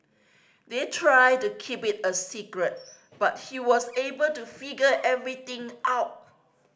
they tried to keep it a secret but he was able to figure everything out